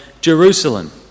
Jerusalem